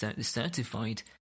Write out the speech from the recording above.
certified